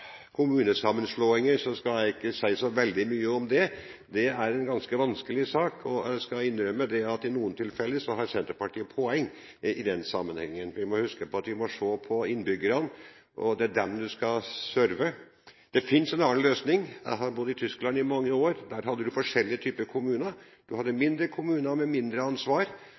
kommunesammenslåinger, skal jeg ikke si så veldig mye om det. Det er en ganske vanskelig sak, og jeg skal innrømme at Senterpartiet i noen tilfeller har et poeng i den sammenhengen. Vi må huske på at vi må se på innbyggerne. Det er dem du skal serve. Det finnes en annen løsning. Jeg har bodd i Tyskland i mange år. Der hadde du forskjellige typer kommuner. Du hadde mindre kommuner med mindre ansvar,